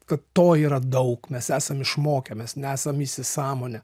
kad to yra daug mes esam išmokę mes nesam įsisąmoninę